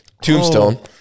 Tombstone